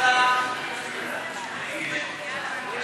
ההסתייגות (19) של קבוצת סיעת המחנה